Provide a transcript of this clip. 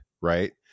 right